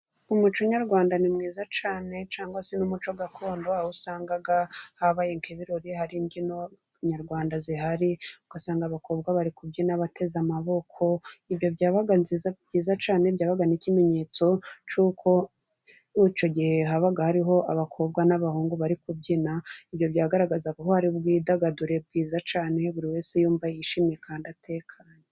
Umuco nyarwanda ni mwiza cyane cangwa se n'umuco gakondo aho usanga habaye ibirori hari imbyino nyarwanda zihari ugasanga abakobwa bari kubyina bateze amaboko ibyo byabaga byiza cyane, byabaga ikimenyetso cy'uko icyo gihe habaga hariho abakobwa n'abahungu bari kubyina byagaragazaga ko hari ubwidagadure bwiza cyane, buri wese yumva yishimye kandi atekanye.